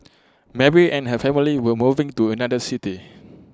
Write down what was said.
Mary and her family were moving to another city